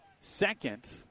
second